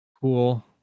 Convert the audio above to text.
Cool